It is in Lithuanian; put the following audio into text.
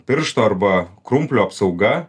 piršto arba krumplio apsauga